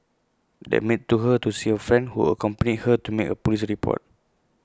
that maid took her to see A friend who accompanied her to make A Police report